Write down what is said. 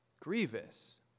grievous